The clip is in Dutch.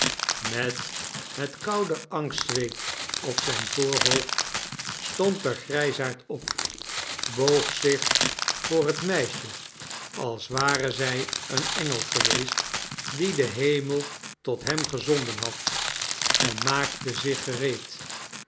met het koude angstzweet op zijn voorhoofd stond de grijsaard op boog zich voor het meisjef als ware zij een engel geweest dien de hemel tot hem gezonden had en maakte zich gereed